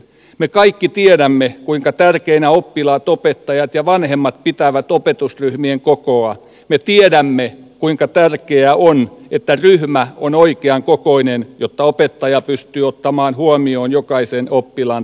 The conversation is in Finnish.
me kaikki tiedämme kuinka tärkeinä oppilaat opettajat ja vanhemmat pitävät opetusryhmien kokoaa nyt tiedämme kuinka tärkeää on että ryhmä on oikean kokoinen jotta opettaja pystyy ottamaan huomioon jokaisen oppilaan